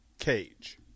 Cage